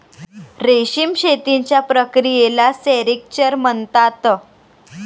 रेशीम शेतीच्या प्रक्रियेला सेरिक्चर म्हणतात